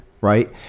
right